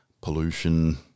pollution